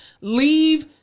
leave